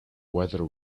whether